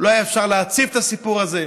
לא היה אפשר להציף את הסיפור הזה.